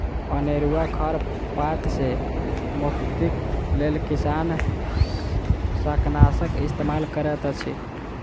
अनेरुआ खर पात सॅ मुक्तिक लेल किसान शाकनाशक इस्तेमाल करैत अछि